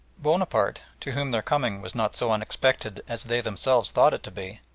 bonaparte, to whom their coming was not so unexpected as they themselves thought it to be,